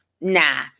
Nah